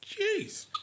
jeez